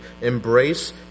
embrace